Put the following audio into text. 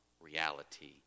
reality